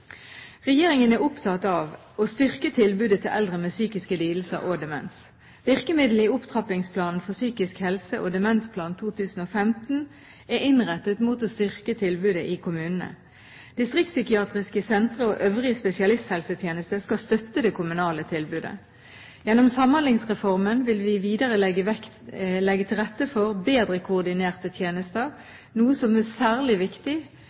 Regjeringen er opptatt av å styrke tilbudet til eldre med psykiske lidelser og demens. Virkemidlene i Opptrappingsplanen for psykisk helse og Demensplan 2015 er innrettet mot å styrke tilbudet i kommunene. Distriktspsykiatriske sentre og øvrig spesialisthelsetjeneste skal støtte det kommunale tilbudet. Gjennom Samhandlingsreformen vil vi videre legge til rette for bedre koordinerte tjenester, noe som er særlig viktig